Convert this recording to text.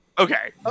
Okay